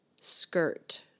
skirt